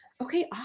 Okay